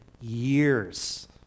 years